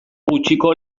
gutxiko